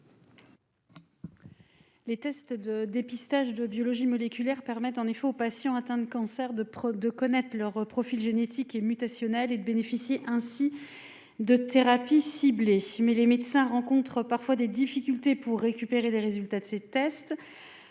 Les tests de dépistage de biologie moléculaire permet en effet aux patients atteints de cancer, de de connaître leur profil génétique et mutationnel et de bénéficier ainsi de thérapies ciblées, mais les médecins rencontrent parfois des difficultés pour récupérer les résultats de ces tests,